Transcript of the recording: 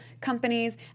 companies